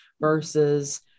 versus